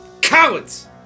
Cowards